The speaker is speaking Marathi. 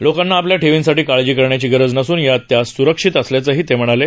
लोकांना आपल्या ठेवींसाठी काळजी करण्याची गरज नसून त्या सूरक्षित असल्याचंही ते म्हणाले